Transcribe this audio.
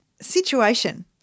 situation